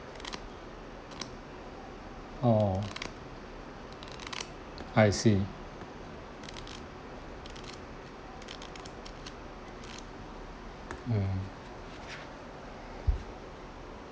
oh I see mm